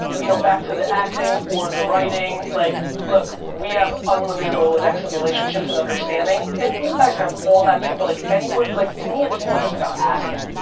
and you know, back to the acting or the writing, like look, we have unlimited roll of decks of relationships and understanding and you guys have all that too, but like anywhere, like to me it's more just about asking.